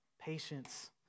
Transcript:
patience